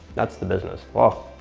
that's the business. whoa,